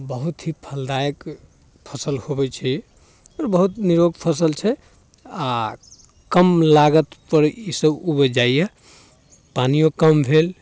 बहुत ही फलदायक फसिल होबै छै ई आओर बहुत निरोग फसिल छै आओर कम लागतिपर ईसब उपजि जाइए पानिओ कम भेल